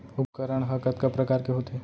उपकरण हा कतका प्रकार के होथे?